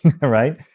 Right